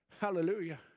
Hallelujah